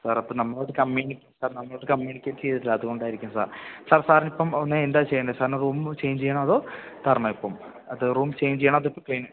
sir അപ്പോള് നമ്മളുമായിട്ട് sir നമ്മളുമായിട്ട് കമ്മ്യൂണിക്കേറ്റ് ചെയ്തിട്ടില്ല അതുകൊണ്ടായിരിക്കും സാർ സാർ സാറിനിപ്പം എന്താണ് ചെയ്യേണ്ടത് സാറിന് റൂം ചെയ്ഞ്ച് ചെയ്യണമോ അതോ തരണമോ ഇപ്പം അതോ റൂം ചെയ്ഞ്ച് ചെയ്യണമോ അതോ ഇപ്പോള് ക്ലീൻ